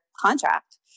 contract